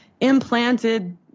implanted